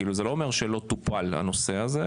כאילו זה לא אומר שלא טופל הנושא הזה,